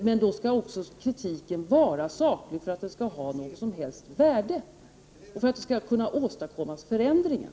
Men då skall också kritiken vara saklig för att den skall ha något som helst värde och för att det skall kunna åstadkommas förändringar.